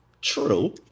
true